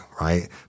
right